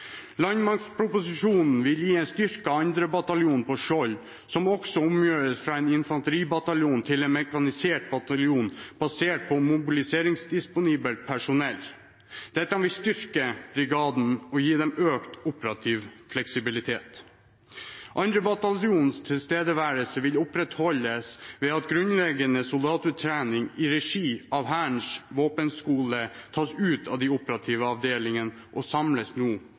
Landmaktproposisjonen vil gi en styrket 2. bataljon på Skjold, som også omgjøres fra en infanteribataljon til en mekanisert bataljon basert på mobiliseringsdisponibelt personell. Dette vil styrke brigaden og gi den økt operativ fleksibilitet. 2. bataljons tilstedeværelse vil opprettholdes ved at grunnleggende soldatutdanning i regi av Hærens våpenskole tas ut av de operative avdelingene og nå samles